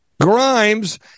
Grimes